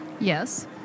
Yes